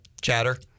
chatter